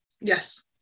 yes